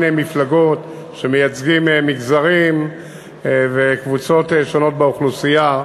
מפלגות שמייצגים מגזרים וקבוצות שונות באוכלוסייה,